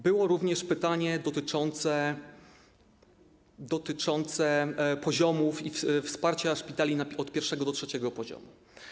Było również pytanie dotyczące poziomów i wsparcia szpitali od pierwszego do trzeciego poziomu.